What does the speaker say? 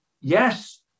yes